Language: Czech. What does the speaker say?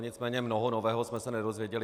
Nicméně mnoho nového jsme se nedozvěděli.